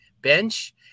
bench